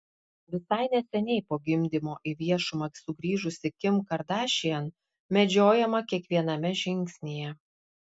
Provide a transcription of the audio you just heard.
visai neseniai po gimdymo į viešumą sugrįžusi kim kardashian medžiojama kiekviename žingsnyje